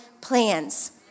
plans